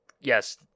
yes